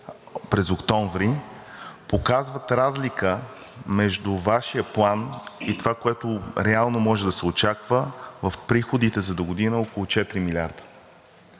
през октомври, показват разлика между Вашия план и това, което реално може да се очаква в приходите за догодина, около четири милиарда.